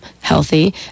healthy